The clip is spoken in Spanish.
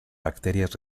bacterias